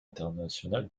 international